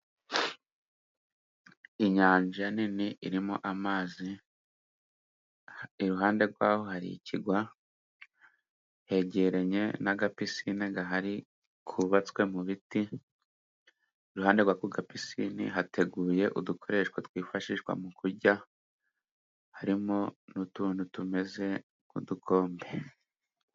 Inyanja nini irimo amazi, iruhande rwaho hari ikirwa, hegeranye n'agapisine gahari kubatswe mu biti, iruhande rw'ako gapisine hateguye udukoresho twifashishwa mu kurya, harimo n'utuntu tumeze nk'udukombe.